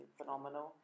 phenomenal